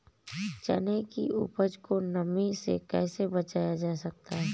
चने की उपज को नमी से कैसे बचाया जा सकता है?